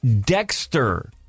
Dexter